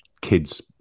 kids